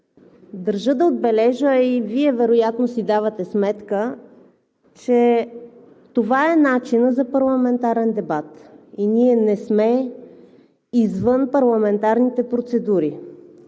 Държа да отбележа, а и Вие вероятно си давате сметка, че това е начинът за парламентарен дебат и ние не сме извън парламентарните процедури.